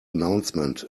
announcement